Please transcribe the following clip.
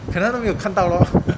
可能都没有看到 lor